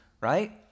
right